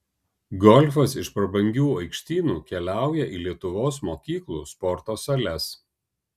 golfas iš prabangių aikštynų keliauja į lietuvos mokyklų sporto sales